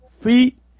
feet